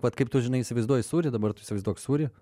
vat kaip tu žinai įsivaizduoji sūrį dabar tu įsivaizduok sūrį